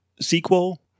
sequel